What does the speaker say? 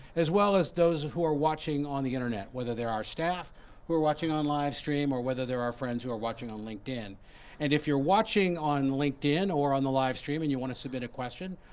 as well as those who are watching on the internet. whether they're our staff who are watching on livestream or whether they're our friends who are watching on linkedin and if you're watching on linkedin or on the livestream and you want to submit a question,